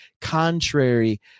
contrary